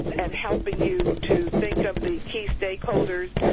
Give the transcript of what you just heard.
and helping you to think of the key stakeholders,